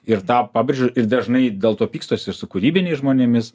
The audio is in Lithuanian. ir tą pabrėžiu ir dažnai dėl to pykstuosi su kūrybiniais žmonėmis